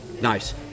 Nice